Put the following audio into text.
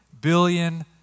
billion